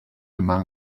among